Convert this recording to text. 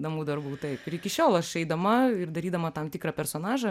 namų darbų taip ir iki šiol aš eidama ir darydama tam tikrą personažą